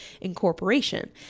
Incorporation